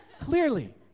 Clearly